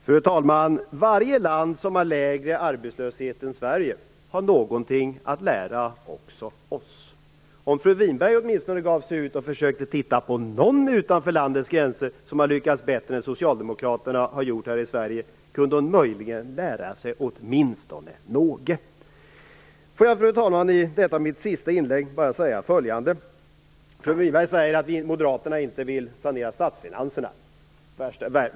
Fru talman! Varje land som har lägre arbetslöshet än Sverige har någonting att lära också oss. Om fru Winberg gav sig ut och försökte titta på någon utanför landets gränser som har lyckats bättre än vad socialdemokraterna har gjort här i Sverige kunde hon möjligen lära sig åtminstone något. Fru talman! Låt mig i detta mitt sista inlägg bara säga följande. Fru Winberg säger att moderaterna inte vill sanera statsfinanserna.